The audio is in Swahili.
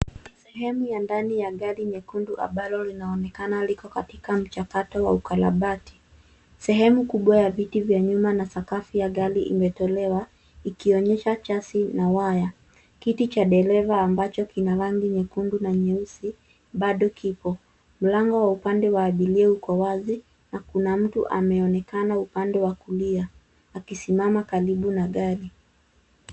Sehemu ya ndani ya gari nyekundu ambalo linaonekana liko katika mchakato wa ukarabati. Sehemu kubwa ya viti vya nyuma na sakafu ya gari imetolewa ikionesha chasi na waya. Kiti cha dereva ambacho kina rangi nyekundu na nyeusi bado kipo. Mlango wa upande wa abiria uko wazi na kuna mtu ameonekana upande wa kulia akisimama karibu na gari.